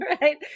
right